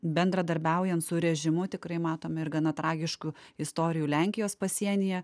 bendradarbiaujant su režimu tikrai matome ir gana tragiškų istorijų lenkijos pasienyje